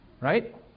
right